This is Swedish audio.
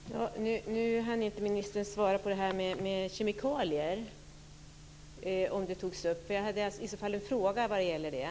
Fru talman! Nu hann inte ministern svara på om kemikalier togs upp. Jag hade i så fall en fråga om det.